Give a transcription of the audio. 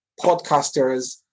podcasters